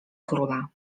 króla